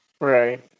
Right